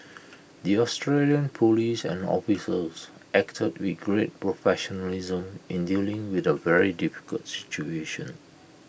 the Australian Police and officials acted with great professionalism in dealing with A very difficult situation